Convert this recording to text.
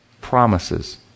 promises